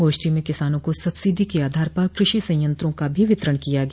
गोष्ठी में किसानों को सब्सिडी के आधार पर कृषि संयंत्रों का भी वितरण किया गया